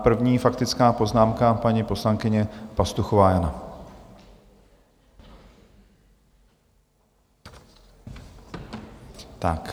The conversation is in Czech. První faktická poznámka, paní poslankyně Pastuchová Jana.